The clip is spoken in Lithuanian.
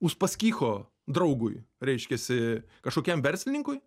uspaskicho draugui reiškiasi kažkokiam verslininkui